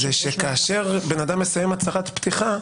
-- זה שכאשר בן אדם מסיים הצהרת פתיחה,